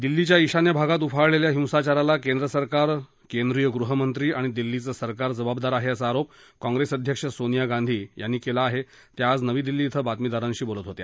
दिल्लीच्या ईशान्य भागात उफाळलेल्या हिंसाचाराला केंद्र सरकार गृहमंत्री आणि दिल्लीचं सरकार जबाबदार आहे असा आरोप काँग्रेस अध्यक्ष सोनिया गांधी यांनी आज नवी दिल्ली ड्विं बातमीदारांशी बोलताना केलं